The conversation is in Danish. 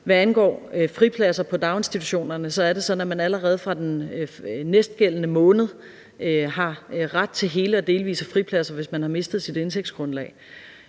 Hvad angår fripladser på daginstitutionerne, er det sådan, at man allerede fra den næste gældende måned har ret til hele og delvise fripladser, hvis man har mistet sit indtægtsgrundlag.